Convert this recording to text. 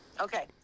Okay